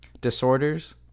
disorders